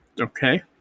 Okay